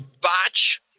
botch